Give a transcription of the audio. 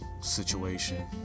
situation